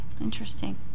interesting